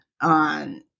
on